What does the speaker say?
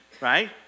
right